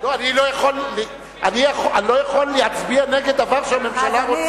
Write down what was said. אני לא יכול להצביע נגד דבר שהממשלה רוצה.